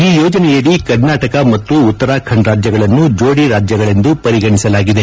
ಈ ಯೋಜನೆಯಡಿ ಕರ್ನಾಟಕ ಮತ್ತು ಉತ್ತರಾಖಂಡ್ ರಾಜ್ಯಗಳನ್ನು ಜೋಡಿ ರಾಜ್ಯಗಳೆಂದು ಪರಿಗಣಿಸಲಾಗಿದೆ